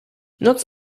noc